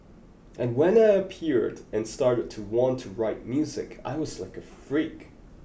and when I appeared and started to want to write music I was like a freak